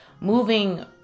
moving